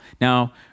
Now